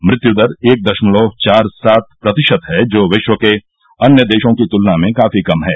मृत्यु दर एक दशमलव चार सात प्रतिशत है जो विश्व के अन्य देशों की तुलना में काफी कम है